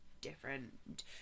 different